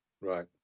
Right